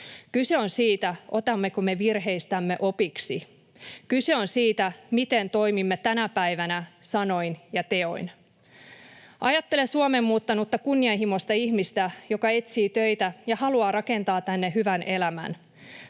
Kyse on siitä, otammeko me virheistämme opiksi. Kyse on siitä, miten toimimme tänä päivänä sanoin ja teoin. Ajattelen Suomeen muuttanutta kunnianhimoista ihmistä, joka etsii töitä ja haluaa rakentaa tänne hyvän elämän,